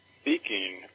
Speaking